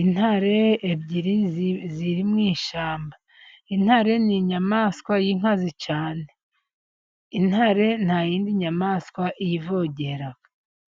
Intare ebyiri ziri mu ishyamba, intare ni inyamaswa y'inkazi cyane, intare nta y'indi nyamaswa iyivogera.